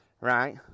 right